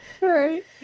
right